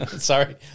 Sorry